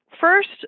First